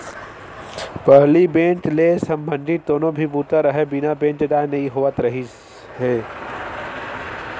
पहिली बेंक ले संबंधित कोनो भी बूता राहय बिना बेंक जाए नइ होवत रिहिस हे